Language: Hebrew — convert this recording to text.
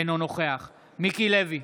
אינו נוכח מיקי לוי,